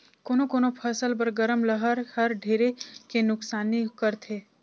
कोनो कोनो फसल बर गरम लहर हर ढेरे के नुकसानी करथे